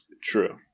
True